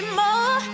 more